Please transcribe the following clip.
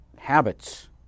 habits